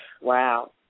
Wow